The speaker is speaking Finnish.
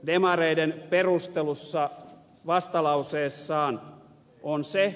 demareiden perustelussa vastalauseessaan on se